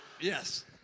Yes